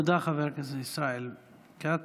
תודה, חבר הכנסת ישראל כץ.